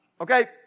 okay